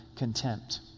contempt